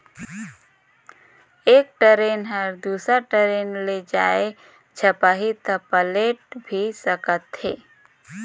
एक टरेन ह दुसर टरेन ले जाये झपाही त पलेट भी सकत हे